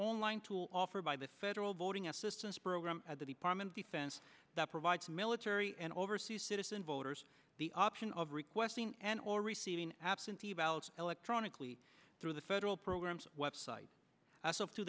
own line tool offered by the federal voting assistance program at the department of defense that provides military and overseas citizen voters the option of requesting and or receiving absentee ballots electronically through the federal programs website